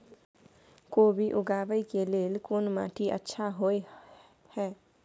कोबी उगाबै के लेल कोन माटी अच्छा होय है?